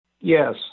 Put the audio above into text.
Yes